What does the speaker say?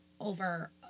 over